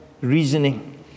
reasoning